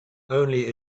only